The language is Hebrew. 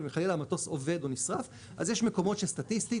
אבל חלילה אם המטוס אובד או נשרף אז יש מקומות שסטטיסטית